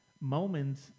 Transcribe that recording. moments